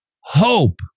hope